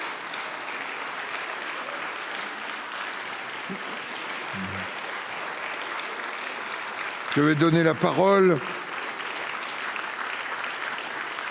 Je vais donner la parole